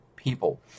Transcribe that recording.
people